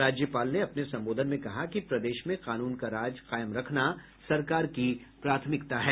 राज्यपाल ने अपने संबोधन में कहा कि प्रदेश में कानून का राज कायम रखना सरकार की प्राथमिकता है